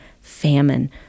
famine